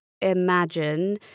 imagine